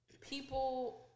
People